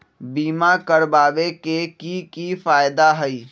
बीमा करबाबे के कि कि फायदा हई?